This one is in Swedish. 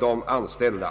de anställda vid konkurser.